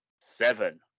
seven